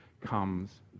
comes